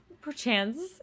perchance